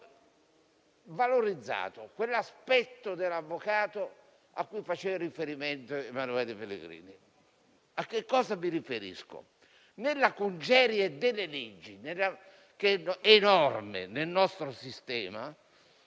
in Costituzione, io ho valorizzato quell'aspetto dell'avvocato a cui faceva riferimento Emanuele Pellegrini. A cosa mi riferisco? Nella congerie delle leggi, enorme nel nostro sistema,